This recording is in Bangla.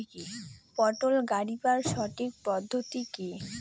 পটল গারিবার সঠিক পদ্ধতি কি?